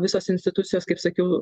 visos institucijos kaip sakiau